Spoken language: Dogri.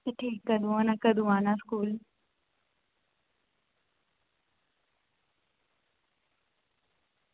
तू ठीक कदूं होना ते आना कदूं स्कूल